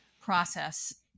process